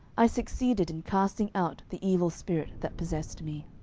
i succeeded in casting out the evil spirit that possessed me.